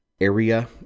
area